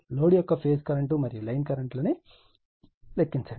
load యొక్క phase current మరియు line current లను లెక్కించండి